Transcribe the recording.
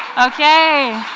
okay.